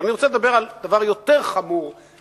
אבל אני רוצה לדבר על דבר יותר חמור בעיני,